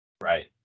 Right